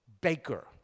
baker